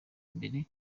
imbere